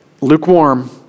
lukewarm